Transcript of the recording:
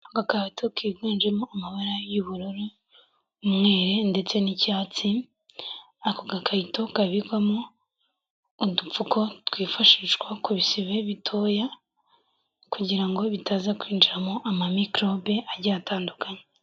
Agakarito kiganjemo amabara y'ubururu, umweru ndetse n'icyatsi, ako gakarito kabikwamo udupfuko twifashishwa ku bisebe bitoya kugira ngo bitaza kwinjiramo amamikorobe agiye atandukanye.